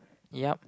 yup